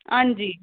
आं जी